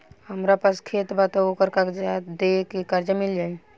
हमरा पास खेत बा त ओकर कागज दे के कर्जा मिल जाई?